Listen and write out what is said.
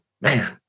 man